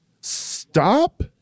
stop